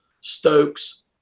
Stokes